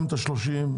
ה-30.